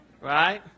Right